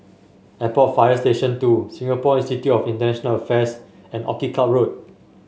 Airport Fire Station Two Singapore Institute of International Affairs and Orchid Club Road